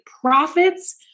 profits